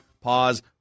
Pause